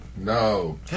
No